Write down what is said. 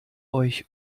euch